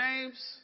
James